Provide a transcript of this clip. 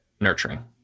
nurturing